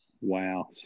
Wow